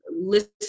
listen